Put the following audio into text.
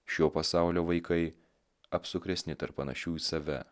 šio pasaulio vaikai apsukresni tarp panašių į save